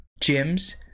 gyms